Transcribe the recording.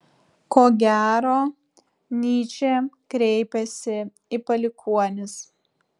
ko gero nyčė kreipiasi į palikuonis